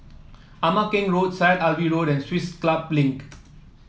Ama Keng Road Syed Alwi Road and Swiss Club Link